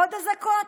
עוד אזעקות?